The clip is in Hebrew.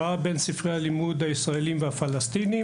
שעסקו בהשוואה בין ספרי הלימודים הישראליים והפלסטיניים.